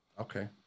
Okay